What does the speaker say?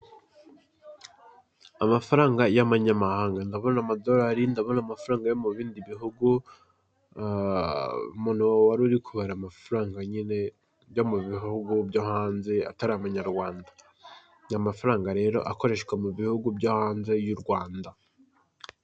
Amafaranga y'amanyamahanga, ndaboa amaodarali, ndabona amafaranga yo mu bindi bihugu, ahaa umuntu warurikubara yo mu bihugu byo hanze atari amanyarwanda, aya mafaranga rero akoreshwa hanze y'u Rwanda.